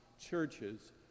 churches